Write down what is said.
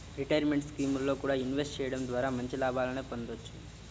retirement స్కీముల్లో కూడా invest చెయ్యడం ద్వారా మంచి లాభాలనే పొందొచ్చు